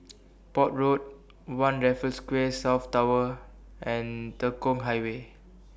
Port Road one Raffles Quay South Tower and Tekong Highway